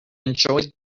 enjoyed